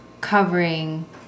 covering